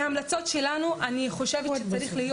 מההמלצות שלנו אני חושבת שצריך להיות